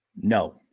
No